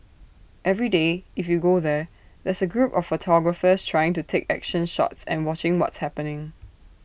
every day if you go there there's A group of photographers trying to take action shots and watching what's happening